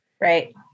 Right